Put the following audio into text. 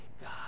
God